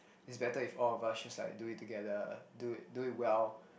it's better if all of us just like do it together do it do it well